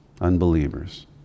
unbelievers